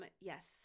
yes